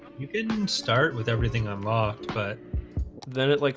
you didn't start with everything. i'm locked, but then it like